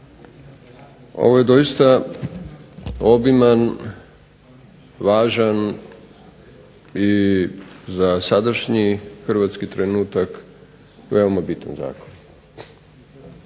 Ovo je doista obiman, važan i za sadašnji hrvatski trenutak veoma bitan zakon.